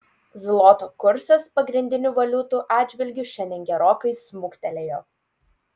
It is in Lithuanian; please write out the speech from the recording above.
zloto kursas pagrindinių valiutų atžvilgiu šiandien gerokai smuktelėjo